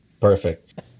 Perfect